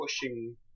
pushing